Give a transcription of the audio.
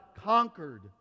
conquered